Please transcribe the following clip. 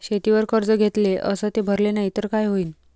शेतीवर कर्ज घेतले अस ते भरले नाही तर काय होईन?